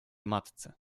matce